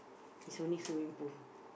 is only swimming pool